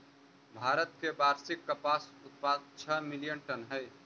भारत के वार्षिक कपास उत्पाद छः मिलियन टन हई